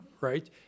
right